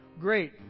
Great